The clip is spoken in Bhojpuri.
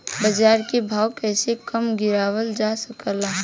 बाज़ार के भाव कैसे कम गीरावल जा सकता?